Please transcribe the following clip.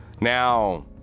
Now